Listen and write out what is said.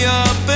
up